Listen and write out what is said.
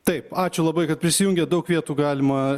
taip ačiū labai kad prisijungėt daug vietų galima